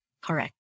Correct